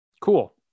Cool